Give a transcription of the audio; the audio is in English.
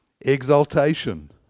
Exaltation